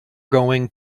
going